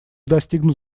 достигнут